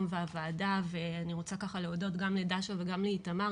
והוועדה ואני רוצה להודות גם לדאשה וגם לאיתמר,